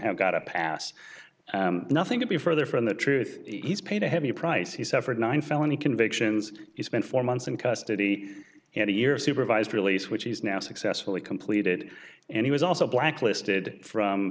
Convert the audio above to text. got a pass nothing could be further from the truth he's paid a heavy price he severed nine felony convictions he spent four months in custody and a year supervised release which he's now successfully completed and he was also blacklisted from